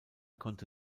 konnte